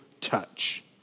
touch